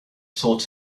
taught